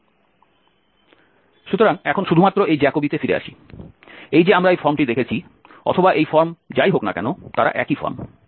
সুতরাং এখন শুধুমাত্র এই জ্যাকোবিতে ফিরে আসি এই যে আমরা এই ফর্মটি দেখেছি অথবা এই ফর্ম যাই হোক না কেন তারা একই ফর্ম